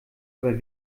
aber